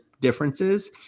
differences